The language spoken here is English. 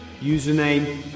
Username